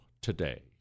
today